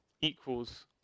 equals